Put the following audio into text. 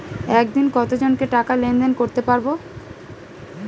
একদিন কত জনকে টাকা লেনদেন করতে পারবো?